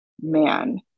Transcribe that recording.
man